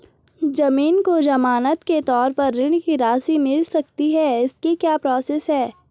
ज़मीन को ज़मानत के तौर पर ऋण की राशि मिल सकती है इसकी क्या प्रोसेस है?